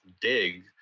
Dig